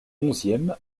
onzième